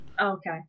Okay